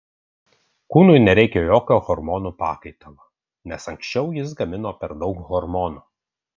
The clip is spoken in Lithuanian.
kūnui nereikia jokio hormonų pakaitalo nes anksčiau jis gamino per daug hormonų